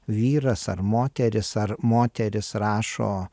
vyras ar moteris ar moteris rašo